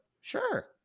sure